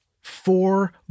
four